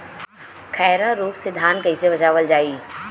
खैरा रोग से धान कईसे बचावल जाई?